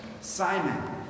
Simon